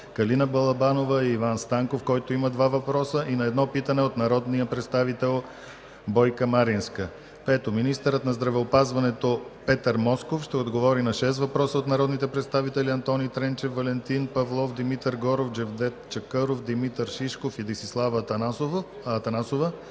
Калина Балабанова, и Иван Станков, който има два въпроса, и на едно питане от народния представител Бойка Маринска. 5. Министърът на здравеопазването Петър Москов ще отговори на шест въпроса от народните представители Антони Тренчев, Валентин Павлов, Димитър Горов, Джевдет Чакъров, Димитър Шишков и Десислава Атанасова